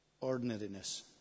ordinariness